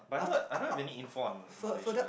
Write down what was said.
but I don't I don't have any info on Malaysia